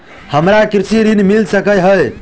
हमरा कृषि ऋण मिल सकै है?